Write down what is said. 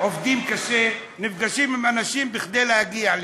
עובדים קשה, נפגשים עם אנשים כדי להגיע לכאן.